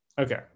okay